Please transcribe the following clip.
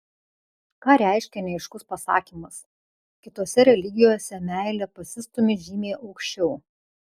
ką reiškia neaiškus pasakymas kitose religijose meilė pasistūmi žymiai aukščiau